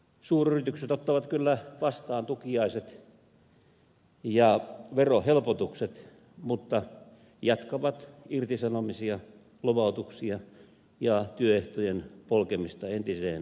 suuryritykset ottavat kyllä vastaan tukiaiset ja verohelpotukset mutta jatkavat irtisanomisia lomautuksia ja työehtojen polkemista entiseen malliin